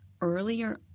earlier